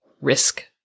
risk